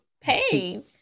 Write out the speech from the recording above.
pain